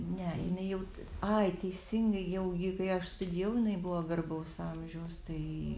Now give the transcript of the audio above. ne jinai jau ai teisingai jau ji kai aš studijavau jinai buvo garbaus amžiaus tai